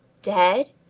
dead?